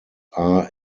are